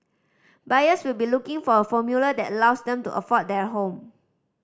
buyers will be looking for a formula that allows them to afford their home